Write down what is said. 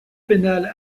pénal